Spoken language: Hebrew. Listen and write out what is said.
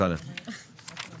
בצלאל סמוטריץ', בבקשה.